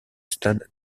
stade